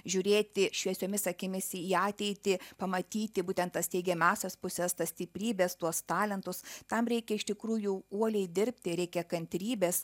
žiūrėti šviesiomis akimis į ateitį pamatyti būtent tas teigiamąsias puses tas stiprybes tuos talentus tam reikia iš tikrųjų uoliai dirbti reikia kantrybės